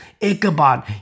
Ichabod